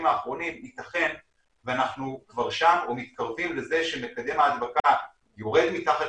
האחרונים ייתכן שאנחנו כבר שם או מתקרבים לזה שמקדם ההדבקה יותר מתחת